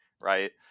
Right